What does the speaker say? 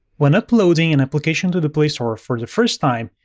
when uploading an application to the play store for the first time,